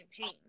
pain